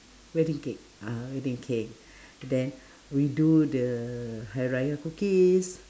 wedding cake uh wedding cake then we do the hari-raya cookies